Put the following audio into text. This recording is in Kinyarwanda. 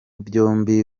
byombi